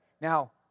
Now